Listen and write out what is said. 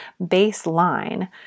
baseline